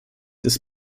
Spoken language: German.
des